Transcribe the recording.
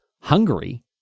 Hungary